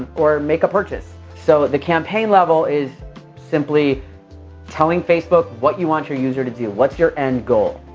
or make a purchase. so at the campaign level is simply telling facebook what you want your user to do, what's your end goal.